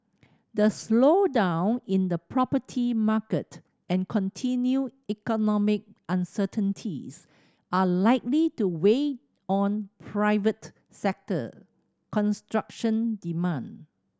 the slowdown in the property market and continued economic uncertainties are likely to weigh on private sector construction demand